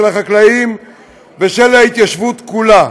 החקלאים וההתיישבות כולה.